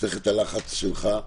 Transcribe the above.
צריך את הלחץ שלך.